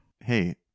hey